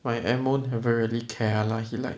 my M_O never really care ah he like